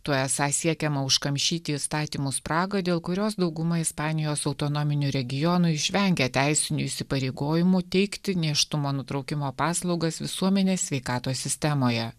tuo esą siekiama užkamšyti įstatymų spragą dėl kurios dauguma ispanijos autonominių regionų išvengia teisinių įsipareigojimų teikti nėštumo nutraukimo paslaugas visuomenės sveikatos sistemoje